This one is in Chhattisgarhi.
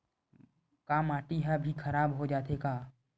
का माटी ह भी खराब हो जाथे का?